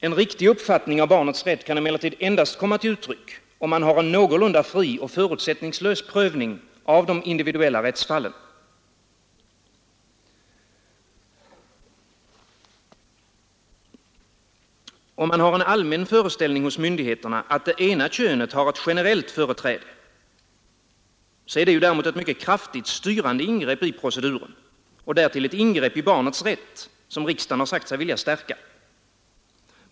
En riktig uppfattning av barnets rätt kan emellertid endast komma till uttryck om man har en någorlunda fri och förutsättningslös prövning av de individuella rättsfallen. Om det finns en allmän föreställning hos myndigheterna att det ena könet har ett generellt företräde, är det däremot ett mycket kraftigt styrande ingrepp i proceduren och därtill ett ingrepp i barnets rätt, som riksdagen sagt sig vilja stärka.